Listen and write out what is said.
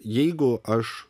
jeigu aš